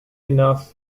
enough